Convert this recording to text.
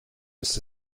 ist